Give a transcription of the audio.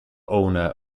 owner